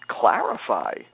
clarify